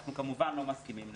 אנחנו כמובן לא מסכימים לזה.